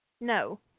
No